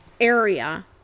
area